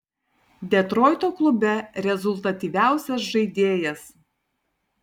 detroito klube rezultatyviausias žaidėjas